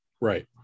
right